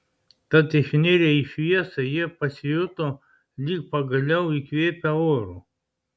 tad išnirę į šviesą jie pasijuto lyg pagaliau įkvėpę oro